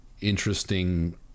interesting